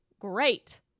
Great